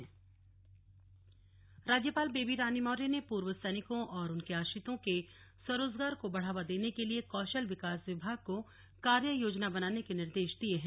slug राज्यपाल राज्यपाल बेबी रानी मौर्य ने पूर्व सैनिकों और उनके आश्रितों के स्वरोजगार को बढ़ावा देने के लिए कौशल विकास विभाग को कार्ययोजना बनाने के निर्देश दिये हैं